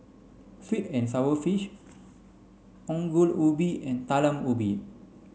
sweet and sour fish Ongol Ubi and Talam Ubi